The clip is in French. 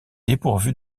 dépourvu